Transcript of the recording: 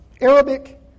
Arabic